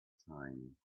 time